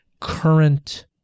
current